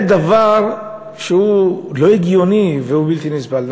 זה דבר שהוא לא הגיוני ובלתי נסבל.